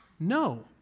No